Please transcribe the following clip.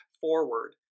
forward